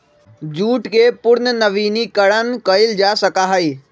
jute के पुनर्नवीनीकरण कइल जा सका हई